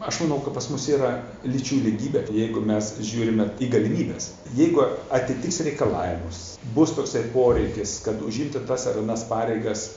aš manau ka pas mus yra lyčių lygybė jeigu mes žiūrime į galimybes jeigu atitiks reikalavimus bus toksai poreikis kad užimti tas ar anas pareigas